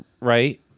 right